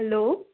hello